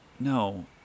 No